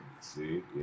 see